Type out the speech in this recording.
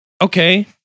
Okay